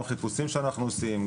גם חיפושים שאנחנו עושים,